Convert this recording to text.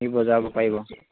সি বজাব পাৰিব